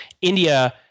India